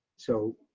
so,